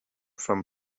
from